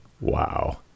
Wow